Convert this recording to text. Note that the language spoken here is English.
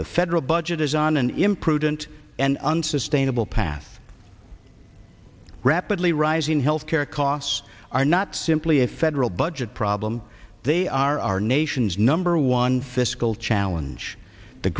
the federal budget is on an imprudent and unsustainable path rapidly rising health care costs are not simply a federal budget problem they are our nation's number one fiscal challenge the